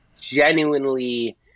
genuinely